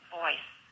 voice